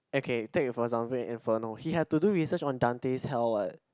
okay take for example in Inferno he had to do research on Dante Hell what